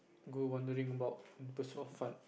go wondering about there's so much fun